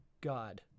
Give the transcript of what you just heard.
God